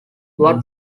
what